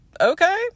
okay